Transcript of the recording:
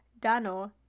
Dano